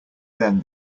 then